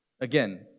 Again